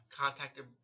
contacted